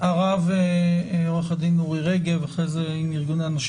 הרב עורך הדין אורי רגב, בבקשה.